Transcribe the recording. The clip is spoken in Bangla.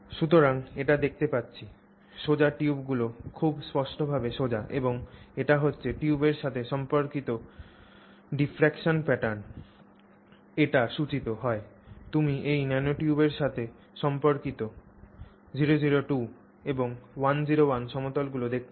সুতরাং আমরা এটি দেখতে পাচ্ছি সোজা টিউবগুলি খুব স্পষ্টভাবে সোজা এবং এটি হচ্ছে টিউবের সাথে সম্পর্কিত ডিফ্রাকসন প্যাটার্ন এটি সূচিত হয় তুমি এই ন্যানোটিউবের সাথে সম্পর্কিত এবং সমতলগুলি দেখতে পাবে